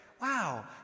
wow